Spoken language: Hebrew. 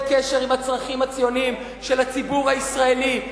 קשר עם הצרכים הציוניים של הציבור הישראלי,